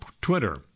Twitter